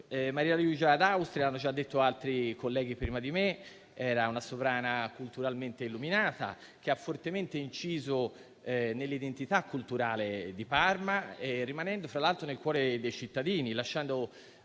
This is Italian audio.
Maria Luigia ad Austria, come hanno già detto altri colleghi prima di me, era una sovrana culturalmente illuminata, che ha fortemente inciso sull'identità culturale di Parma, rimanendo nel cuore dei cittadini, avendo